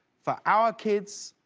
for our kids,